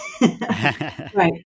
Right